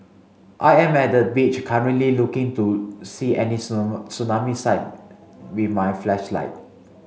I am at the beach currently looking to see any tsunami sign with my flashlight